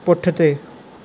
पुठिते